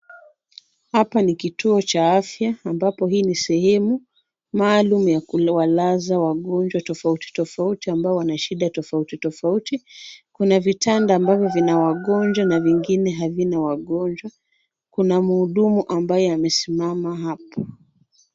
Hapa ni kituo cha afya ambapo hii ni sehemu maalum ya kuwalaza wagonjwa tofauti tofauti ambao wana shida tofauti tofauti. Kuna vitanda ambavyo vina wagonjwa na vingine havina wagonjwa. Kuna mhudumu ambaye amesimama hapo.